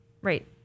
Right